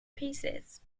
pieces